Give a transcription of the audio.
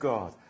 God